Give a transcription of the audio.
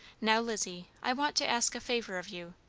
now, lizzie, i want to ask a favor of you.